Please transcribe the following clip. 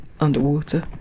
underwater